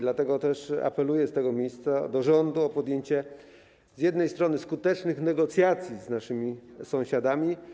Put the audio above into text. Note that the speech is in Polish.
Dlatego też apeluję z tego miejsca do rządu o podjęcie z jednej strony skutecznych negocjacji z naszymi sąsiadami.